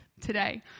today